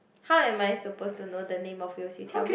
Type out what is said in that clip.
how am I suppose to know the name of whales you tell me